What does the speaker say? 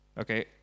Okay